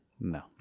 No